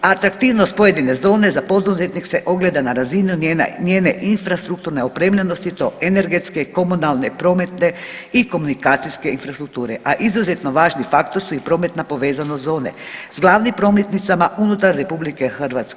Atraktivnost pojedine zone za poduzetnike se ogleda na razini njene infrastrukturne opremljenosti i to energetske, komunalne, prometne i komunikacijske infrastrukture, a izuzetno važni faktor su i prometna povezanost zone s glavnim prometnicama unutar RH.